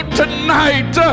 tonight